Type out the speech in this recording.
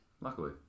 Luckily